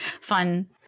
fun